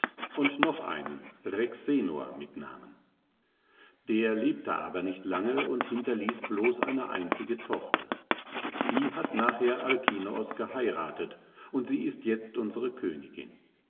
und noch einen rhexenor mit namen der lebte aber nicht lange und hinterließ bloß eine einzige tochter die hat nachher alkinoos geheiratet und sie ist jetzt unsere königin